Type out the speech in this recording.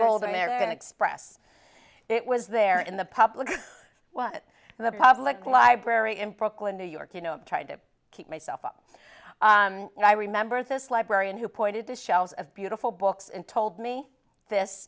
to express it was there in the public what the public library in brooklyn new york you know tried to keep myself up and i remember this librarian who pointed to shelves of beautiful books and told me this